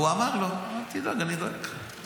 והוא אמר לו: אל תדאג, אני דואג לך.